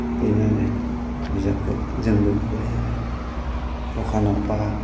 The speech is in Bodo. बेनो आरो बिजाबखौ जों बेयावनो लायो आरो दखानाव बा